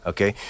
Okay